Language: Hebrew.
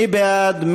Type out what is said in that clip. מי בעד?